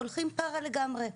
הולכים פרה לגמרי,